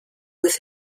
with